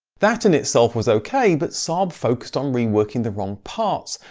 that in itself was ok, but saab focused on reworking the wrong parts,